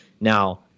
Now